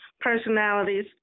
personalities